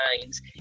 minds